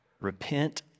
Repent